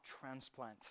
transplant